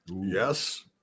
Yes